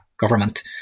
government